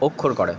অক্ষর করে